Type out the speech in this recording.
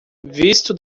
visto